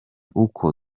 uko